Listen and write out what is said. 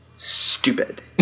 stupid